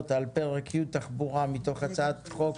על פרק י' (תחבורה) מתוך הצעת חוק